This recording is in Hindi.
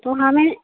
तो हमें